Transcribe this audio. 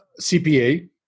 CPA